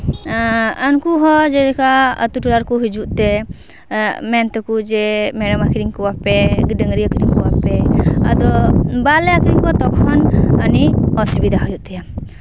ᱩᱱᱠᱩ ᱦᱚᱸ ᱡᱮᱞᱮᱠᱟ ᱟᱛᱳ ᱴᱚᱞᱟ ᱨᱮᱠᱚ ᱦᱤᱡᱩᱜ ᱛᱮ ᱢᱮᱱ ᱛᱮᱠᱚ ᱡᱮ ᱢᱮᱨᱚᱢ ᱟᱠᱷᱨᱤᱧ ᱠᱚᱯᱮ ᱰᱟᱹᱝᱨᱤ ᱟᱠᱷᱨᱤᱧ ᱠᱚᱯᱮ ᱟᱫᱚ ᱵᱟᱞᱮ ᱟᱠᱷᱨᱤᱧ ᱠᱚᱣᱟ ᱛᱚᱠᱷᱚᱱ ᱩᱱᱤ ᱚᱥᱩᱵᱤᱫᱟ ᱦᱩᱭᱩᱜ ᱛᱟᱭᱟ